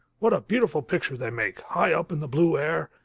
what a beautiful picture they make, high up in the blue air!